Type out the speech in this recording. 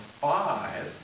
five